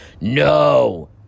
No